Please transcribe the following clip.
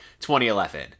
2011